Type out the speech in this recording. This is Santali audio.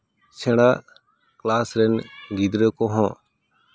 ᱥᱮᱬᱟ ᱞᱟᱦᱟᱥᱮᱱ ᱜᱤᱫᱽᱨᱟᱹ ᱠᱚᱦᱚᱸ